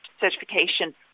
certification